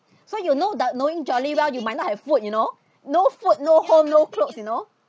so you no doubt knowing jolly well you might not have food you know no food no home no clothes you know